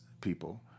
people